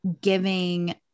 giving